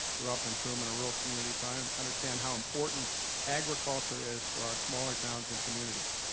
grew up in truman, a rural community, so i um understand how important agriculture is for our smaller towns and communities.